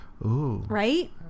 Right